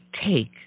take